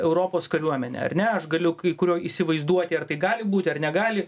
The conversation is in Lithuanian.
europos kariuomenė ar ne aš galiu kai kurio įsivaizduoti ar tai gali būti ar negali